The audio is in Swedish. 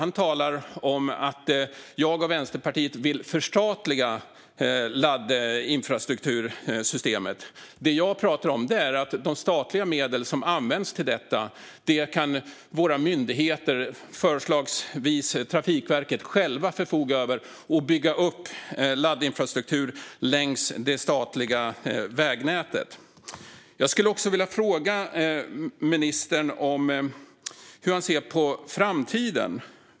Han säger att jag och Vänsterpartiet vill förstatliga laddinfrastruktursystemet. Det jag pratar om är att våra myndigheter, förslagsvis Trafikverket, själva ska kunna förfoga över de statliga medel som anslås och bygga upp laddinfrastruktur längs det statliga vägnätet. Jag skulle också vilja fråga ministern hur han ser på framtiden.